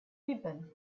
sieben